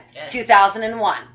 2001